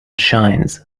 shines